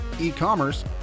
e-commerce